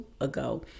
ago